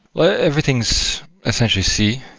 well, everything's essentially c.